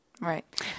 Right